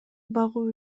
багуу